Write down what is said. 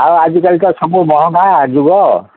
ଆଉ ଆଜିକାଲି ତ ସବୁ ମହଙ୍ଗା ଯୁଗ